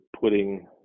putting